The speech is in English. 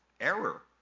error